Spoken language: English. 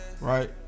Right